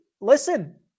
Listen